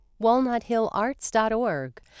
walnuthillarts.org